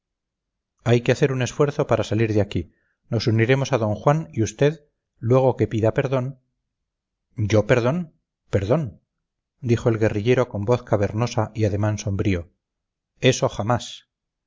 hay que hacer un esfuerzo para salir de aquí nos uniremos a d juan y usted luego que le pida perdón yo perdón perdón dijo el guerrillero con voz cavernosa y ademán sombrío eso jamás